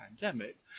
pandemic